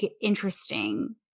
interesting